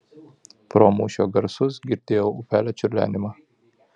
pro mūšio garsus girdėjau upelio čiurlenimą